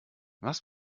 was